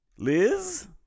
Liz